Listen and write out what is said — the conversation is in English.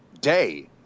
day